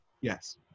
Yes